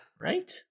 Right